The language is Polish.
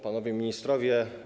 Panowie Ministrowie!